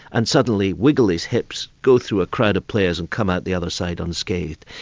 and suddenly wiggle his hips, go through a crowd of players and come out the other side unscathed.